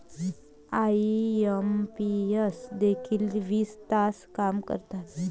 IMPS देखील वीस तास काम करतात?